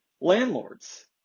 landlords